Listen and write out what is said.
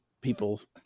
people's